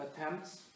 attempts